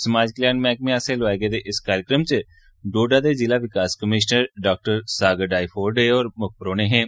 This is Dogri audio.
समाज कल्याण मैहकमें आस्सेआ लोआए गेदे इस कार्यक्रम च डोडा दे ज़िला विकास कमीश्नर डॉ सागर डायफोडे मुक्ख परौहने हे